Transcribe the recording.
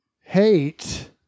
hate